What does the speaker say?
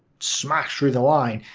smash through the line.